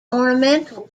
ornamental